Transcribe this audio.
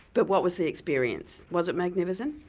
but what was the experience, was it magnificent?